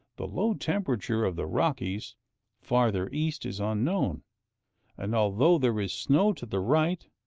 the low temperature of the rockies farther east is unknown and although there is snow to the right,